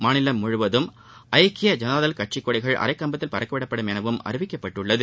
மாநிலம் முழுவதும் ஐக்கிய ஜனதாதள் கட்சிக்கொடிகள் அரைக்கம்பத்தில் பறக்க விடப்படும் எனவும் அறிவிக்கப்பட்டுள்ளது